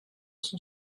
cent